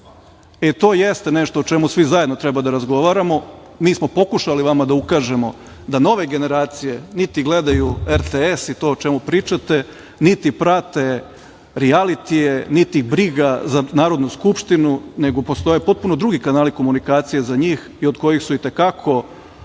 I to jeste nešto o čemu svi zajedno treba da razgovaramo. Mi smo pokušali vama da ukažemo da nove generacije niti gledaju RTS i to o čemu pričate, niti prate rijalitije, niti ih briga za Narodnu skupštinu, nego postoje potpuno drugi kanali komunikacije za njih, a od kojih su itekako